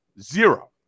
zero